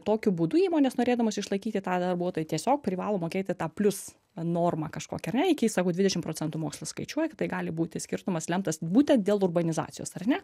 tokiu būdu įmonės norėdamos išlaikyti tą darbuotoją tiesiog privalo mokėti tą plius normą kažkokią ar ne iki sako dvidešim procentų mokslas skaičiuoja tai gali būti skirtumas lemtas būtent dėl urbanizacijos ar ne